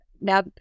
Now